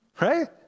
right